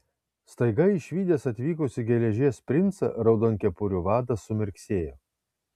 staiga išvydęs atvykusį geležies princą raudonkepurių vadas sumirksėjo